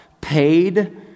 paid